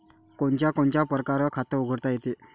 कोनच्या कोनच्या परकारं खात उघडता येते?